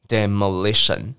Demolition